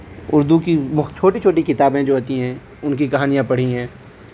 اردو کی چھوٹی چھوٹی کتابیں جو ہوتی ہیں ان کی کہانیاں پڑھی ہیں